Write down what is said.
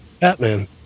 Batman